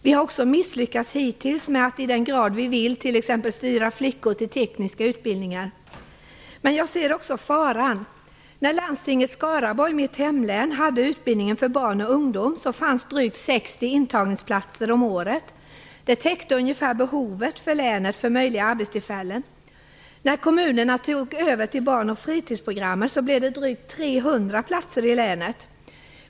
Vi har också hittills misslyckats med att i den grad vi vill t.ex. styra flickor till tekniska utbildningar. Men jag ser också faran. När landstinget Skaraborg, mitt hemlän, hade utbildningen för barn och ungdomsprogrammet fanns drygt 60 intagningsplatser om året. Det täckte ungefär behovet av möjliga arbetstillfällen i länet. När kommunerna tog över barn och fritidsprogrammet blev det drygt 300 platser i länet.